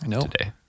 today